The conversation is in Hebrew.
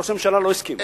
ראש הממשלה לא הסכים.